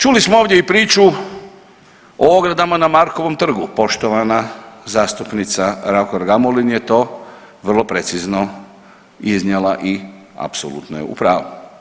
Čuli smo ovdje i priču o ogradama na Markovom trgu, poštovana zastupnica Raukar Gamulin je to vrlo precizno iznijela i apsolutno je u pravu.